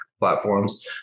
platforms